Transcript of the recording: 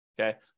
okay